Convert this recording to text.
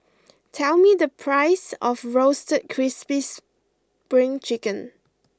tell me the price of Roasted Crispy Spring Chicken